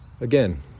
Again